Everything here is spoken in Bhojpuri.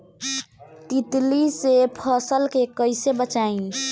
तितली से फसल के कइसे बचाई?